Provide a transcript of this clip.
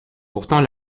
pourtant